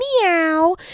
meow